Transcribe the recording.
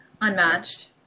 unmatched